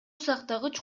сактагыч